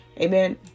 Amen